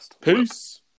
Peace